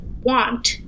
want